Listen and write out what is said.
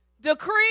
decree